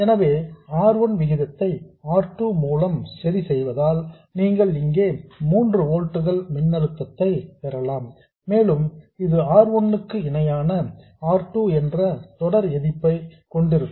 எனவே R 1 விகிதத்தை R 2 மூலம் சரி செய்வதால் நீங்கள் இங்கே 3 ஓல்ட்ஸ் மின்னழுத்தத்தை பெறலாம் மேலும் இது R 1 க்கு இணையான R 2 என்ற தொடர் எதிர்ப்பை கொண்டிருக்கும்